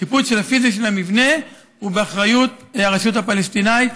שיפוץ פיזי של המבנה הוא באחריות הרשות הפלסטינית.